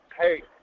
Hey